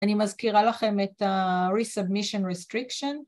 ‫אני מזכירה לכם ‫את ה-resubmission restriction.